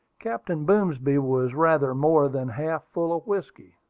captain boomsby was rather more than half full of whiskey.